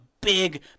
big